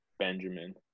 Benjamin